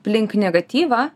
aplink negatyvą